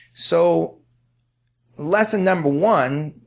so lesson number one,